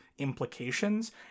implications